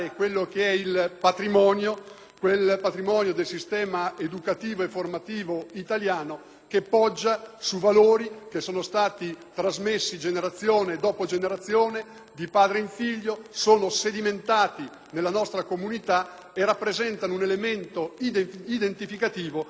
quel patrimonio del sistema educativo e formativo italiano che poggia su valori che sono stati trasmessi generazione dopo generazione, di padre in figlio, sono sedimentati nella nostra comunità e rappresentano un elemento identificativo assolutamente irrinunciabile.